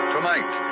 Tonight